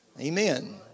Amen